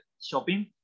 shopping